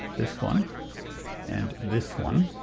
this one and this one,